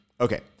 Okay